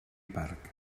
parc